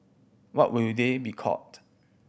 what would they be called